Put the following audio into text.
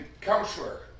counselor